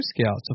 Scouts